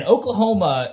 Oklahoma